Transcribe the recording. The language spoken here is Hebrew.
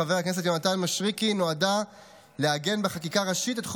חבר הכנסת אוהד טל להציג את הצעת החוק.